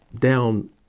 down